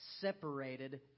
separated